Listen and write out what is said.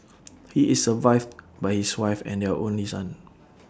he is survived by his wife and their only son